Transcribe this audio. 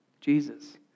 Jesus